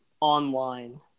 online